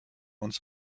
uns